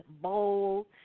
bold